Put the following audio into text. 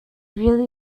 really